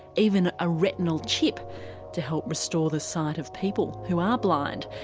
even a retinal chip to help restore the sight of people who are blind.